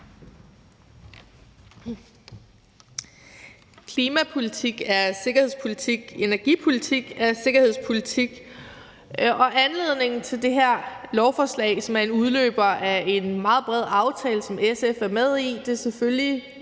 Klimapolitik er sikkerhedspolitik, energipolitik er sikkerhedspolitik, og anledningen til det her lovforslag, som er en udløber af en meget bred aftale, som SF er med i, er selvfølgelig